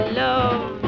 love